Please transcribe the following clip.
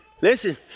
Listen